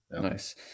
Nice